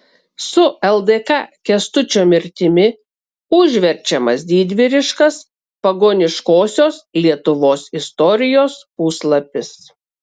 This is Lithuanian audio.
su ldk kęstučio mirtimi užverčiamas didvyriškas pagoniškosios lietuvos istorijos puslapis